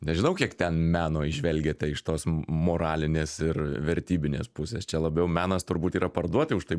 nežinau kiek ten meno įžvelgiate iš tos moralinės ir vertybinės pusės čia labiau menas turbūt yra parduoti už tai